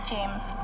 James